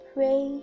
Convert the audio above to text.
Pray